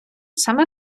саме